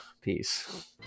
peace